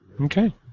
Okay